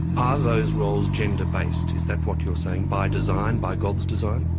are those roles gender-based? is that what you're saying? by design? by god's design?